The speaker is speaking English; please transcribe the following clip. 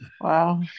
Wow